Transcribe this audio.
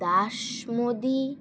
Das Modi